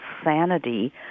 insanity